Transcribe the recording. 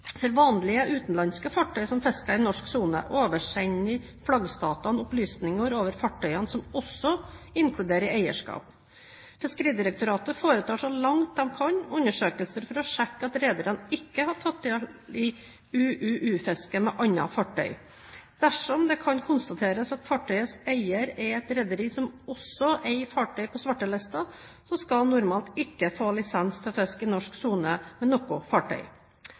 For vanlige utenlandske fartøy som fisker i norsk sone, oversender flaggstatene opplysninger over fartøyene som også inkluderer eierskap. Fiskeridirektoratet foretar, så langt de kan, undersøkelser for å sjekke at rederne ikke har tatt del i UUU-fiske med andre fartøy. Dersom det kan konstateres at fartøyets eier er et rederi som også eier fartøy på svartelisten, skal han normalt ikke få lisens til å fiske i norsk sone med noe fartøy.